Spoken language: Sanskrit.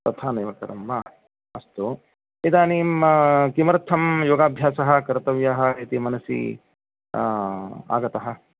तथा नैव कृतं वा अस्तु इदानीं किमर्थं योगाभ्यासः कर्तव्यः इति मनसि आगतः